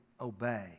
obey